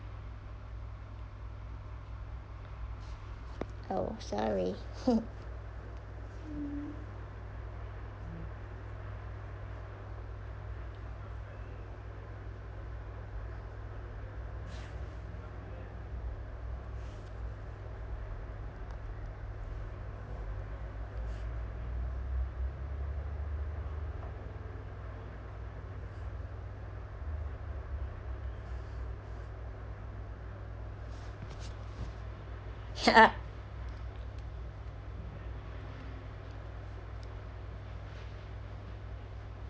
oh sorry